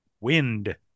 Wind